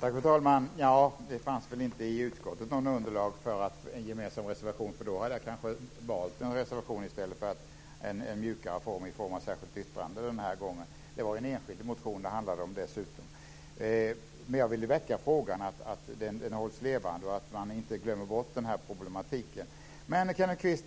Fru talman! Det fanns väl i utskottet inte något underlag för en gemensam reservation. I så fall hade jag kanske valt en reservation i stället för den mjukare formen med ett särskilt yttrande. Det handlade dessutom om en enskild motion. Men jag ville väcka frågan så att den hålls levande och så att man inte glömmer bort denna problematik. Kvist